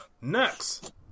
Next